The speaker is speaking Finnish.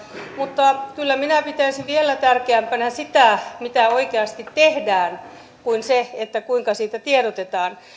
mutta kyllä minä pitäisin vielä tärkeämpänä sitä mitä oikeasti tehdään kuin sitä kuinka siitä tiedotetaan